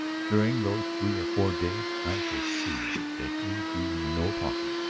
during those three or four days i shall see that you do no talking!